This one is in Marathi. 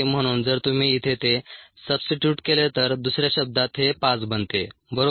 म्हणून जर तुम्ही इथे ते सबस्टिट्यूट केले तर दुसऱ्या शब्दांत हे 5 बनते बरोबर